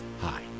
Hi